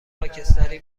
خاکستری